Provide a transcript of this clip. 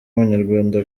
abanyarwanda